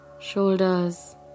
shoulders